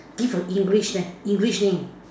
give a English leh English name